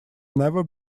never